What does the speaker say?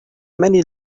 many